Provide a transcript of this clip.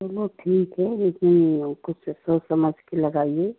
चलो ठीक है लेकिन कुछ सोच समझ के लगाइए